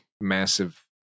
massive